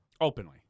Openly